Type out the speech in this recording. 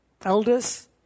elders